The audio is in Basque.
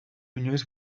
inoiz